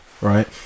right